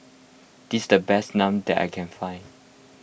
this the best Naan that I can find